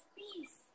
peace